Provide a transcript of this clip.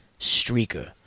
streaker